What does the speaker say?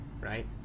right